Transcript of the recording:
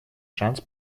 шанс